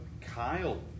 Kyle